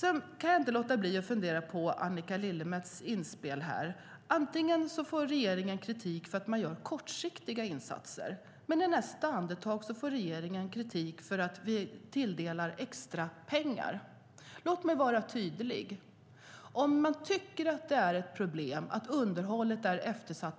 Jag kan inte låta bli att fundera på Annika Lillemets inspel här. Ena stunden får vi i regeringen kritik för att vi gör kortsiktiga insatser, och i nästa andetag får regeringen kritik för att vi tilldelar extra pengar. Låt mig vara tydlig. Om man tycker att det är ett problem att underhållet